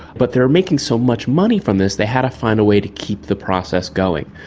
but they were making so much money from this, they had to find a way to keep the process going.